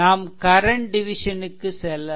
நாம் current division க்கு செல்லலாம்